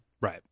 Right